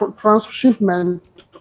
transshipment